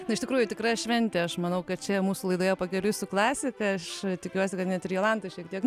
na iš tikrųjų tikra šventė aš manau kad čia mūsų laidoje pakeliui su klasika aš tikiuosi kad net ir jolanta šiek tiek